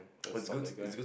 it will stop that guy